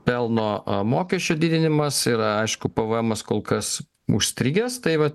pelno mokesčio didinimas ir aišku pvemas kol kas užstrigęs tai va